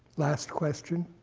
last question?